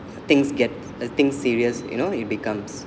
things get uh thing serious you know it becomes